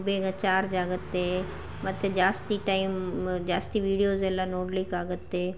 ಬೇಗ ಚಾರ್ಜ್ ಆಗುತ್ತೆ ಮತ್ತು ಜಾಸ್ತಿ ಟೈಮ್ ಜಾಸ್ತಿ ವೀಡಿಯೋಸ್ ಎಲ್ಲ ನೋಡಲಿಕ್ಕಾಗತ್ತೆ